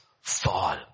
fall